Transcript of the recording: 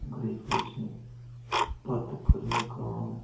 گریجویشنہِ پتہٕ کٔر مےٚ کٲم